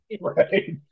Right